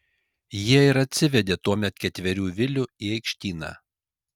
jie ir atsivedė tuomet ketverių vilių į aikštyną